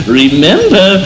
remember